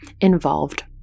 involved